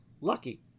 Lucky